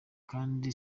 kandi